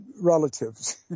relatives